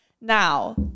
Now